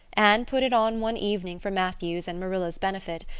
anne put it on one evening for matthew's and marilla's benefit,